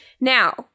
Now